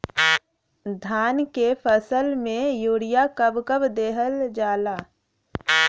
धान के फसल में यूरिया कब कब दहल जाला?